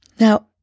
Now